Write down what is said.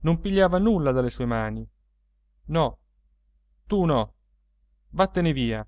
non pigliava nulla dalle sue mani no tu no vattene via